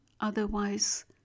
otherwise